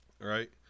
right